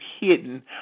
hidden